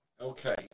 Okay